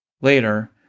Later